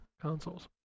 consoles